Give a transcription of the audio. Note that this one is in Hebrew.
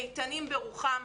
איתנים ברוחם,